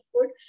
good